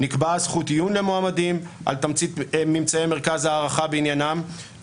נקבעה זכות עיון למועמדים על תמצית ממצאי מרכז הערכה בעניינם,